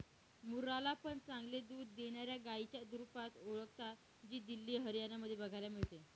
मुर्रा ला पण चांगले दूध देणाऱ्या गाईच्या रुपात ओळखता, जी दिल्ली, हरियाणा मध्ये बघायला मिळते